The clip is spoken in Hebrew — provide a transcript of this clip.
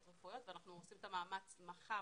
רפואיות ואנחנו עושים את המאמץ מחר,